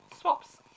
swaps